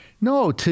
No